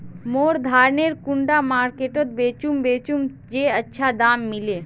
मोर धानेर कुंडा मार्केट त बेचुम बेचुम जे अच्छा दाम मिले?